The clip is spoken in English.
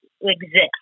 exist